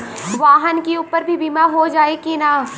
वाहन के ऊपर भी बीमा हो जाई की ना?